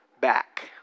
back